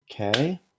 okay